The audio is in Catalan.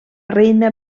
reina